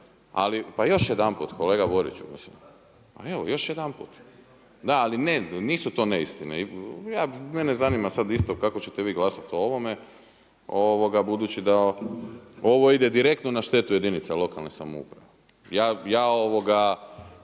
Ali još jedanput kolega Boriću mislim, evo još jedanput, da ali nisu to neistine, mene zanima sada isto kako ćete vi glasati o ovome budući da ovo ide direktno na štetu jedinica lokalne samouprave. Ja mogu